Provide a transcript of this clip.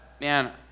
man